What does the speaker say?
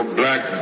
black